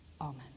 Amen